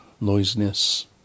noisiness